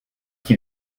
qui